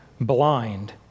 blind